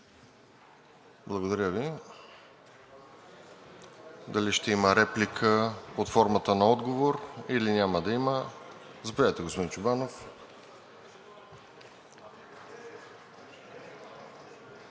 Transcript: Благодаря Ви. Дали ще има реплика под формата на отговор, или няма да има? Заповядайте, господин Чобанов.